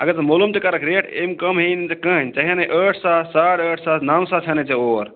اگر ژٕ معلوٗم تہِ کَرَکھ ریٹ اَمہِ کَم ہیٚیِی نہٕ ژےٚ کٕہیٖنٛۍ ژےٚ ہیٚنٕے ٲٹھ ساس ساڑ ٲٹھ ساس نَو ساس ہیٚنٕے ژےٚ اور